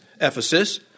Ephesus